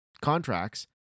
contracts